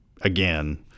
again